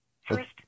First